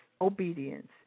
obedience